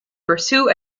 pursue